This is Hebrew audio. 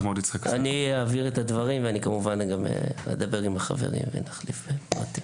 אני אדבר עם החברים, וכמובן נחליף פרטים.